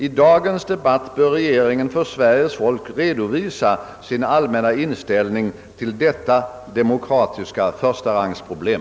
I dagens debatt bör regeringen för Sveriges folk redovisa sin allmänna inställning till detta demokratiska förstarangsproblem.